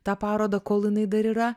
tą parodą kol jinai dar yra